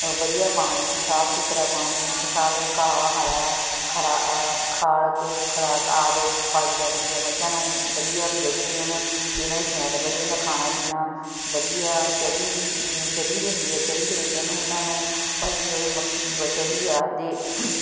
ਅ ਵਧੀਆ ਪਾਣੀ ਸਾਫ਼ ਸੁਥਰਾ ਪਾਣੀ ਫਸਾਫ ਘਾ ਹਰਾ ਖਰਾ ਖਾਲਕ ਖੁਰਾਕ ਆਦਿ ਪਾਈ ਜਾਂਦੀ ਆ ਮੱਝਾਂ ਨੂੰ ਵਧੀਆ ਵੀ ਦੁੱਧ ਦੇਣ ਅਤੇ ਇਹਨਾਂ ਦੀ ਫੈਟ ਵਧੇ ਅਤੇ ਇਹਨਾਂ ਦਾ ਖਾਣਾ ਪੀਣਾ ਵਧੀਆ ਚਰੀ ਜਿਵੇਂ ਚਰੀ ਦੇ ਹੁੰਦੇ ਆ ਚਰੀ ਦੇ ਵਿੱਚ ਉਹਨਾਂ ਨੂੰ ਮੱਕੀ ਵ ਆਦਿ